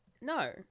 No